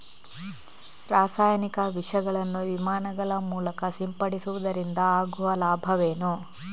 ರಾಸಾಯನಿಕ ವಿಷಗಳನ್ನು ವಿಮಾನಗಳ ಮೂಲಕ ಸಿಂಪಡಿಸುವುದರಿಂದ ಆಗುವ ಲಾಭವೇನು?